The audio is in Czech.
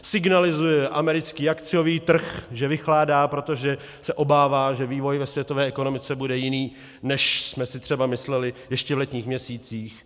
Signalizuje americký akciový trh, že vychládá, protože se obává, že vývoj ve světové ekonomice bude jiný, než jsme si třeba mysleli ještě v letních měsících.